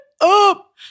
up